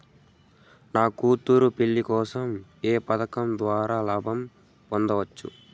నా కూతురు పెళ్లి కోసం ఏ పథకం ద్వారా లాభం పొందవచ్చు?